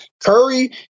Curry